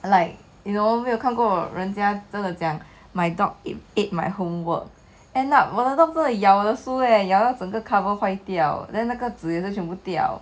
like you know 没有看过人家真的讲 my dog ate my homework end up 我的 dog 真的咬我的书 leh 咬到整个 cover 坏掉 then 那个纸也是全部掉